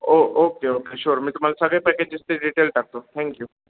ओ okay okay sure मी तुम्हाला सगळे पॅकेजेसचे डिटेल टाकतो थँक्यू